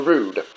Rude